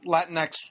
Latinx